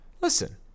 Listen